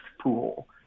pool